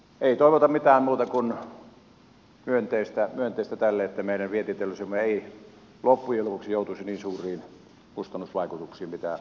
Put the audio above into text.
ei toivota mitään muuta kuin myönteistä tälle että meidän vientiteollisuutemme ei loppujen lopuksi joutuisi niin suuriin kustannusvaikutuksiin kuin mitä arviot ovat